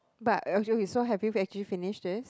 but okay so have you actually finished this